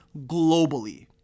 globally